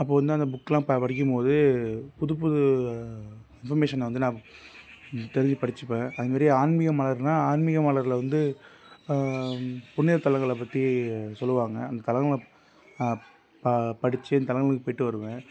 அப்போது வந்து அந்த புக்லாம் ப படிக்கும் போது புதுப் புது இன்பர்மேஷன் வந்து நான் தெரிஞ்சு படிச்சிப்பேன் அதுமாதிரி ஆன்மீக மலர்னால் ஆன்மீக மலர்ல வந்து புண்ணியத் தலங்களை பற்றி சொல்லுவாங்கள் அந்த தலங்களை ப படித்து அந்த தலங்களுக்கு போய்ட்டு வருவேன்